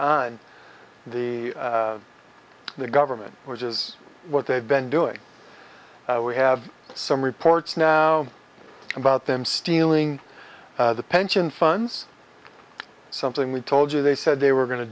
on the the government which is what they've been doing we have some reports now about them stealing the pension funds something we told you they said they were going to